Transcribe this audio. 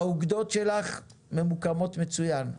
האוגדות שלך ממוקמות מצוין,